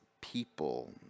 people